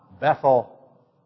Bethel